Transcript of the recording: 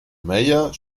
meier